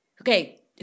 okay